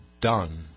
done